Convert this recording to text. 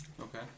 Okay